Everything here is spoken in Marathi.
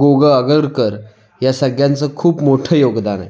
गो ग आगरकर या सगळ्यांचं खूप मोठ योगदान आहे